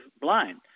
blind